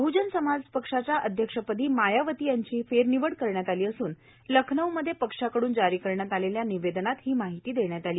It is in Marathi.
बहजन समाज पक्षाच्या अध्यक्षपदी मायावती यांची निवड करण्यात आली असून लखनऊमध्ये पक्षाकडून जारी करण्यात आलेल्या निवेदनात ही माहिती देण्यात आली